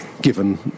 given